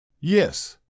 Yes